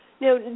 Now